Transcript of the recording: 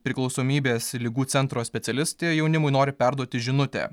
priklausomybės ligų centro specialistė jaunimui nori perduoti žinutę